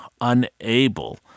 unable